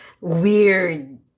weird